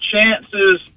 chances